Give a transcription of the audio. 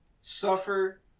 suffer